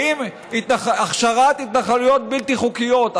האם הכשרת התנחלויות בלתי חוקיות,